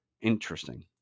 Interesting